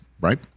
right